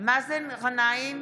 מאזן גנאים,